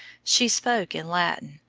she spoke in latin,